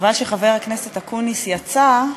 חבל שחבר הכנסת אקוניס יצא,